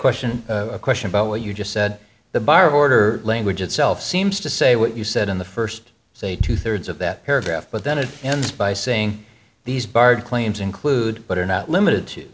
question a question about what you just said the bar of order language itself seems to say what you said in the first say two thirds of that paragraph but then it ends by saying these barred claims include but are not limited to